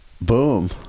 Boom